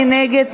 מי נגד?